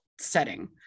setting